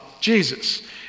Jesus